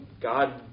God